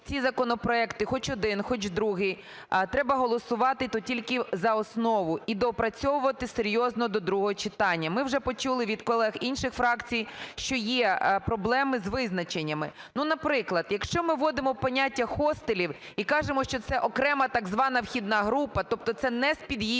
ці законопроекти – хоч один, хоч другий – треба голосувати, то тільки за основу і доопрацьовувати серйозно до другого читання. Ми вже почули від колег інших фракцій, що є проблеми з визначеннями. Ну, наприклад, якщо ми вводимо поняття "хостелів" і кажемо, що це окрема, так звана вхідна група, тобто це не з під'їзду,